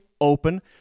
open